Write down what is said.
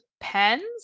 depends